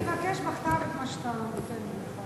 אני אבקש בכתב את מה שאתה, זהו?